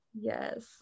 Yes